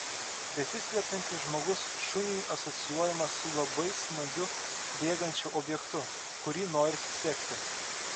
besislepiantis žmogus šuniui asocijuojamas su labai smagiu bėgančiu objektu kurį norisi sekti